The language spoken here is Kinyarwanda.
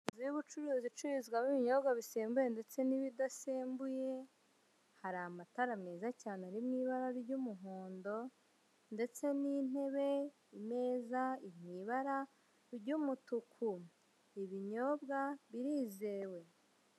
Inzu y'ubucuruzi ibicuruzwa n'ibinyobwa bisembuye ndetse n'ibidasembuye, hari amatara meza cyane ari mu ibara ry'umuhondo ndetse n'intebe, imeza iri mu ibara ry'umutuku ibinyobwa birizewe.